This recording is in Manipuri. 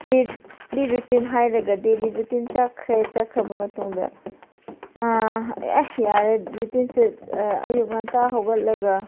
ꯗꯤꯠ ꯔꯨꯇꯤꯟ ꯍꯥꯏꯔꯒꯗꯤ ꯗꯦꯂꯤ ꯔꯨꯇꯤꯟ ꯆꯠꯈ꯭ꯔꯦ ꯆꯠꯈ꯭ꯔꯕ ꯃꯇꯨꯡꯗ ꯑꯦ ꯌꯥꯔꯦ ꯔꯨꯇꯤꯟꯁꯦ ꯑꯌꯨꯛ ꯉꯟꯇꯥ ꯍꯧꯒꯠꯂꯒ